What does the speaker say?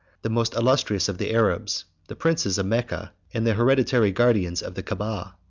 the most illustrious of the arabs, the princes of mecca, and the hereditary guardians of the caaba.